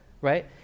right